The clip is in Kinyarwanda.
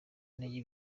intege